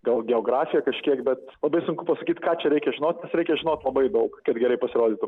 gal geografija kažkiek bet labai sunku pasakyt ką čia reikia žinot reikia žinot labai daug kad gerai pasirodytum